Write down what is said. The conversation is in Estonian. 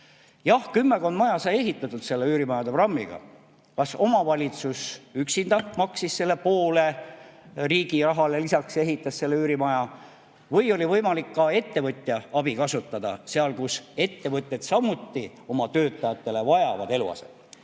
Jah, kümmekond maja sai ehitatud selle üürimajade programmi abil: kas omavalitsus üksinda maksis selle poole riigi rahale lisaks ja ehitas üürimaja või oli võimalik ka ettevõtja abi kasutada seal, kus ettevõtted vajavad oma töötajatele eluaset.